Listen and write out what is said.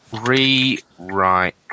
Rewrite